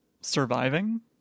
surviving